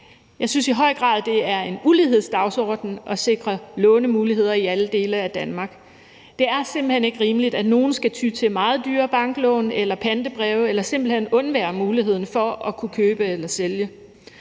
Jeg synes i høj grad, det er en ulighedsdagsorden at sikre lånemuligheder i alle dele af Danmark. Det er simpelt hen ikke rimeligt, at nogle skal ty til meget dyre banklån eller pantebreve eller simpelt hen må undvære muligheden for at kunne købe eller sælge.